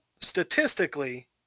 statistically